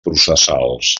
processals